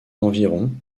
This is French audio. environ